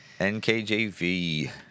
NKJV